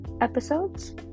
episodes